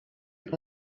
tak